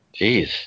Jeez